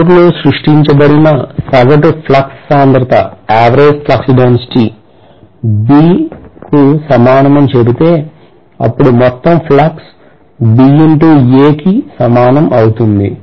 core లో సృష్టించబడిన సగటు ఫ్లక్స్ సాంద్రత B కు సమానమని చెబితే అప్పుడు మొత్తం ఫ్లక్స్ కు సమానమవుతుంది